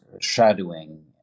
shadowing